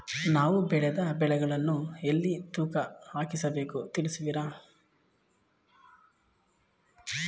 ನಾವು ಬೆಳೆದ ಬೆಳೆಗಳನ್ನು ಎಲ್ಲಿ ತೂಕ ಹಾಕಿಸ ಬೇಕು ತಿಳಿಸುವಿರಾ?